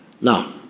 Now